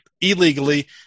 illegally